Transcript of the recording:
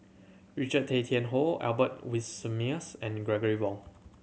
Richard Tay Tian Hoe Albert Winsemius and Gregory Wong